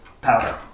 powder